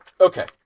Okay